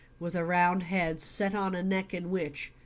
with a round head set on a neck in which,